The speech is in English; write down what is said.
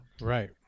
Right